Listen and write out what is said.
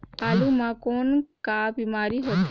आलू म कौन का बीमारी होथे?